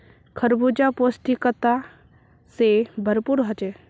खरबूजा पौष्टिकता से भरपूर होछे